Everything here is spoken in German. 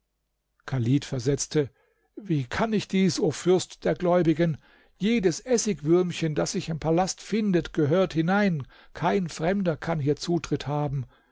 chalid versetzte wie kann ich dies o fürst der gläubigen jedes essigwürmchen das sich im palast findet gehört hinein kein fremder kann hier zutritt haben